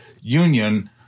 union